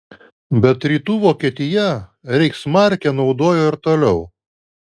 bet rytų vokietija reichsmarkę naudojo ir toliau